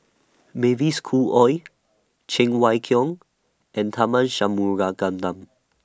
Mavis Khoo Oei Cheng Wai Keung and Tharman